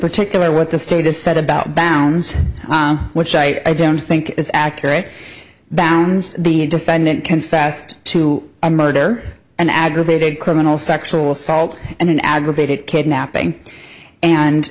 particular what the status said about bounds which i don't think is accurate bounds the defendant confessed to a murder and aggravated criminal sexual assault and an aggravated kidnapping and